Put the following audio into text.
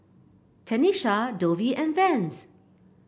Tenisha Dovie and Vance